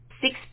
six